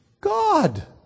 God